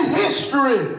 history